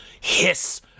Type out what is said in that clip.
hiss